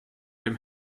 dem